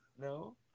No